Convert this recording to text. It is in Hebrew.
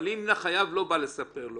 אבל אם החייב לא בא לספר לו